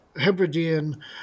Hebridean